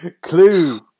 clue